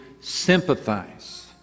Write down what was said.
sympathize